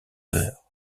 d’heures